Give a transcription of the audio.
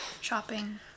shopping